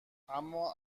اما